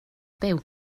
byw